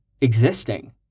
existing